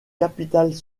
capitales